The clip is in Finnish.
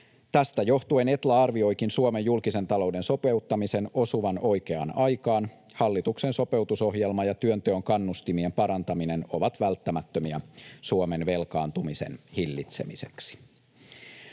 Tästä johtuen Etla arvioikin Suomen julkisen talouden sopeuttamisen osuvan oikeaan aikaan. Hallituksen sopeutusohjelma ja työnteon kannustimien parantaminen ovat välttämättömiä Suomen velkaantumisen hillitsemiseksi.